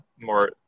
more